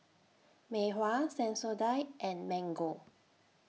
Mei Hua Sensodyne and Mango